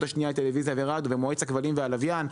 השנייה לטלוויזיה ורדיו ומועצת הכבלים והלוויין,